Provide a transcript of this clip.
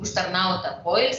užtarnautą poilsį